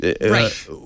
right